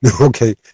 Okay